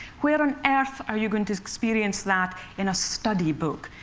where on earth are you going to experience that in a study book?